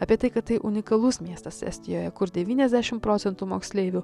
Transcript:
apie tai kad tai unikalus miestas estijoje kur devyniasdešim procentų moksleivių